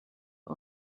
are